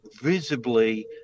visibly